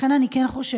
לכן אני כן חושבת,